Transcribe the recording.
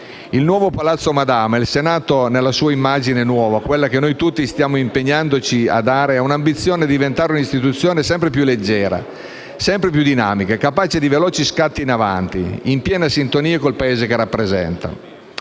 Il "nuovo" Palazzo Madama, il Senato nella sua immagine nuova, quella che noi tutti stiamo impegnandoci a dare, ha l'ambizione di diventare un'istituzione sempre più leggera, sempre più dinamica, capace di veloci scatti in avanti, in piena sintonia con il Paese che rappresenta.